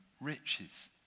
riches